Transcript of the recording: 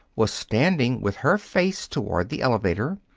was standing with her face toward the elevator,